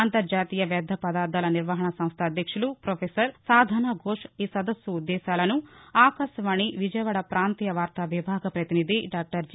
అంతర్జాతీయ వ్యర్ధ పదార్ధాల నిర్వహణ సంస్థ అధ్యక్షులు ప్రోపెసర్ సాధనాఘోష్ ఈ సదస్సు ఉద్దేశ్యాలను ఆకాశవాణి విజయవాడ వార్తా విభాగం ప్రతినిధి డాక్టర్ కె